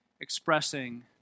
expressing